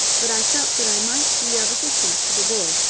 but i felt that i might be of assistance to the boy,